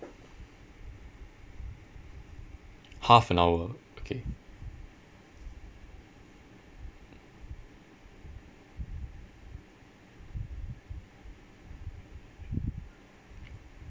half an hour okay